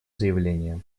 заявление